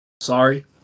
Sorry